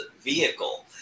vehicle